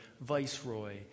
Viceroy